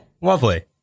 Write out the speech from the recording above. lovely